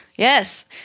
Yes